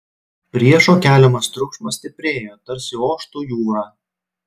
priešo keliamas triukšmas stiprėjo tarsi oštų jūra